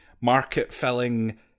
market-filling